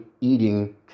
eating